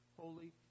holy